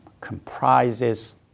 comprises